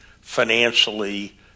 financially